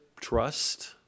trust